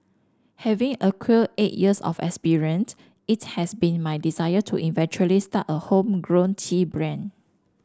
having acquired eight years of experience it has been my desire to eventually start a homegrown tea brand